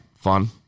Fun